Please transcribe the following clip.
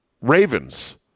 Ravens